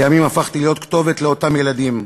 לימים הפכתי להיות כתובת לאותם ילדים.